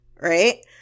Right